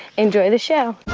enjoy the show